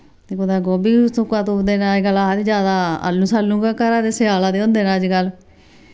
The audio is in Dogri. ते कुतै गोभी सुक्का तुपदे न अज्जकल आखदे ज्यादा आलू सालू गै घरा दे स्याला दे होंदे न अज्जकल